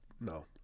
no